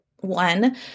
One